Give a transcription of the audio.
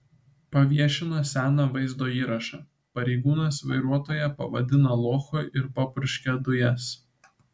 paviešino seną vaizdo įrašą pareigūnas vairuotoją pavadina lochu ir papurškia dujas